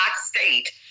state